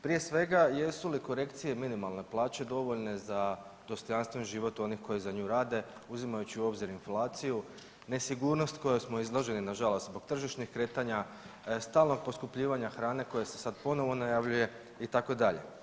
Prije svega, jesu li korekcije minimalne plaće dovoljne za dostojanstven život onih koji za nju rade, uzimajući u obzir inflaciju, nesigurnost kojom smo izloženi nažalost zbog tržišnih kretanja, stalnog poskupljivanja hrane koje se sad ponovno najavljuje itd.